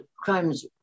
crimes